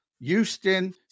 Houston